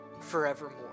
forevermore